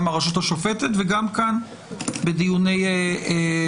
גם הרשות השופטת וגם כאן בדיוני מעקב